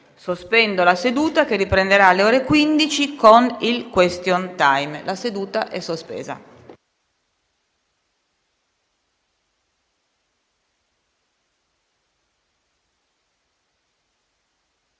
Sospendo la seduta, che riprenderà alle ore 15 con il *question time*. *(La seduta, sospesa